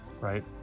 right